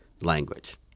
language